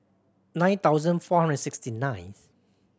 nine thousand four hundred and sixty nineth